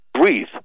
Breathe